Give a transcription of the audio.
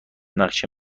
نقشه